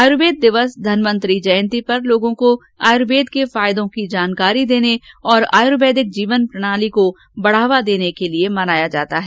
आयुर्वेद दिवस धनवंतरि जयंती पर लोगों को आयुर्वेद के फायदों की जानकारी देने और आयुर्वेदिक जीवन प्रणाली को बढ़ावा देने के लिए मनाया जाता है